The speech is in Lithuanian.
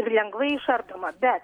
lengvai išardoma bet